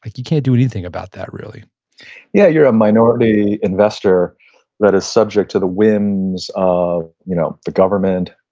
like you can't do anything about that, really yeah. you're a minority investor that is subject to the whims of you know the government,